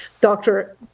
doctor